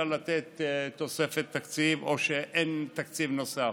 לתת תוספת תקציב או שאין תקציב נוסף.